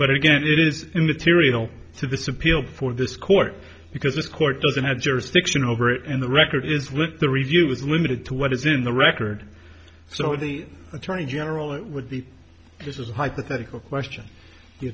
but again it is immaterial to this appeal before this court because the court doesn't have jurisdiction over it and the record is with the review was limited to what is in the record so the attorney general it would be this is a hypothetical question the